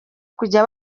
kujya